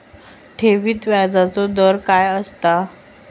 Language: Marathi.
ठेवीत व्याजचो दर काय असता?